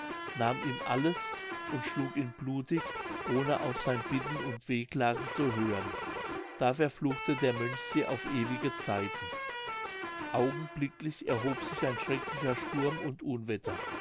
nahm ihm alles und schlug ihn blutig ohne auf sein bitten und wehklagen zu hören da verfluchte der mönch sie auf ewige zeiten augenblicklich erhob sich ein schrecklicher sturm und unwetter